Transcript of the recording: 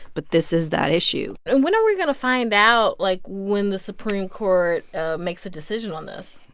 but this is that issue and when are we going to find out, like, when the supreme court makes a decision on this?